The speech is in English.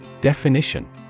Definition